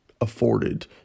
afforded